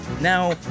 Now